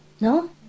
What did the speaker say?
No